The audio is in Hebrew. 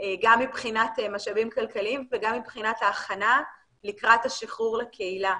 גם מבחינת משאבים כלכליים וגם מבחינת ההכנה לקראת השחרור לקהילה,